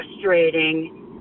frustrating